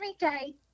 everyday